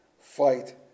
Fight